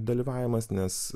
dalyvavimas nes